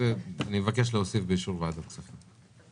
אני מבקש להוסיף: "באישור ועדת הכספים".